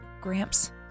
Gramps